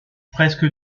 presque